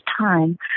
time